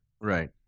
Right